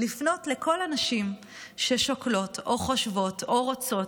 לפנות לכל הנשים ששוקלות, או חושבות, או רוצות,